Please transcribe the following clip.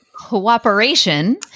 cooperation